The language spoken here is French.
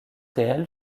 réelle